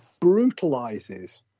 brutalizes